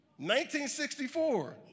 1964